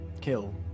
kill